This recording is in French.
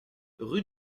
rue